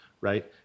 right